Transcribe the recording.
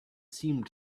seemed